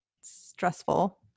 stressful